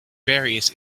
various